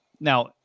now